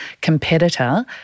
competitor